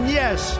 yes